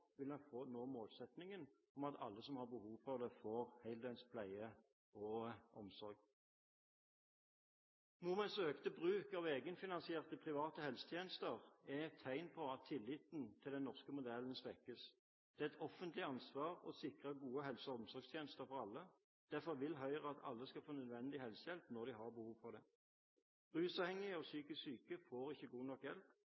vil vi nå målsettingen om at alle som har behov for det, får heldøgns pleie og omsorg. Nordmenns økte bruk av egenfinansierte private helsetjenester er et tegn på at tilliten til den norske modellen svekkes. Det er et offentlig ansvar å sikre gode helse- og omsorgstjenester for alle. Derfor vil Høyre at alle skal få nødvendig helsehjelp når de har behov for det. Rusavhengige og psykisk syke får ikke god nok hjelp.